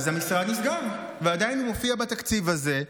אז המשרד נסגר, ועדיין הוא מופיע בתקציב הזה,